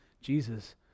Jesus